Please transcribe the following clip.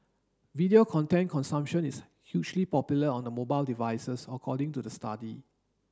video content consumption is hugely popular on the mobile devices according to the study